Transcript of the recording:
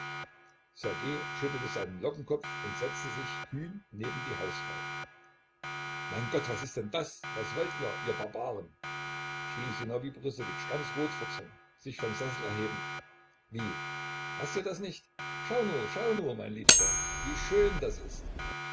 schüttelte seinen lockenkopf und setzte sich kühn neben die hausfrau mein gott was ist denn das was wollt ihr ihr barbaren schrie sinowij borissowitsch ganz rot vor zorn sich vom sessel erhebend wie paßt dir das nicht schau nur schau nur mein liebster wie schön das ist